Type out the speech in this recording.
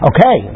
Okay